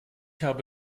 habe